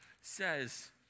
says